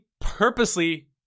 purposely